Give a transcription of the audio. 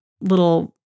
little